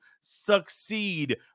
succeed